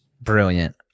Brilliant